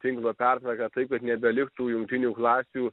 tinklo pertvarką taip kad nebeliktų jungtinių klasių